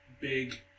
big